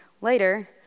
Later